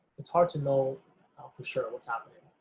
it's hard to know for sure what's happening.